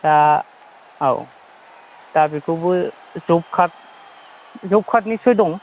दा औ दा बेखौबो जब कार्ड जब कार्डनिसो दं